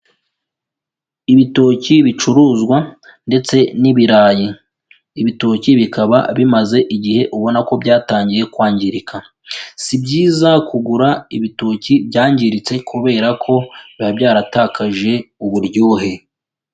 Ibitoki bicuruzwa ndetse n'ibirayi, ibitoki bikaba bimaze igihe ubona ko byatangiye kwangirika, si byiza kugura ibitoki byangiritse kubera ko biba byaratakaje uburyohe.